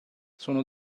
sono